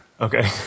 Okay